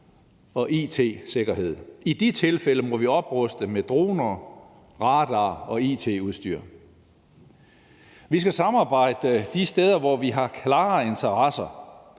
og it-sikkerhed. I de tilfælde må vi opruste med droner, radarer og it-udstyr. Vi skal samarbejde de steder, hvor vi har klare interesser: